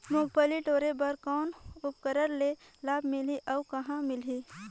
मुंगफली टोरे बर कौन उपकरण ले लाभ मिलही अउ कहाँ मिलही?